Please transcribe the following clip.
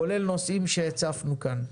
כולל נושאים שהצפנו כאן.